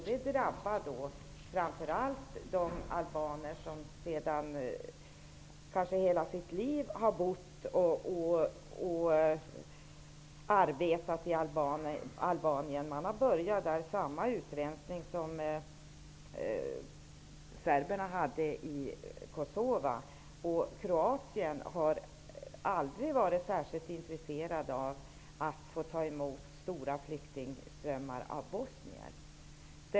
Det drabbar framför allt de albaner som kanske har bott i Albanien i hela sitt liv och arbetat där. Där har man börjat med samma utrensning som serberna i Kosova. I Kroatien har man aldrig varit särskilt intresserad av att få ta emot stora flyktingströmmar av bosnier.